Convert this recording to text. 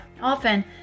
often